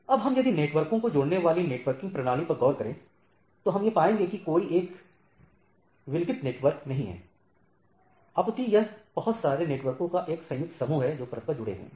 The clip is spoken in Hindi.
अब हम यदि नेटवार्कों को जोड़ने वाली नेटवर्किंग प्रणाली पर गौर करें तो हम यह पाएंगे कि यह कोई एक विलगित नेटवर्क नहीं है अपितु यह बहुत सारे नेटवार्कों का एक संयुक्त समूह है जो परस्पर जुड़े हुए हैं